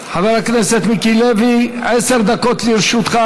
חבר הכנסת מיקי לוי, עשר דקות לרשותך,